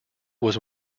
was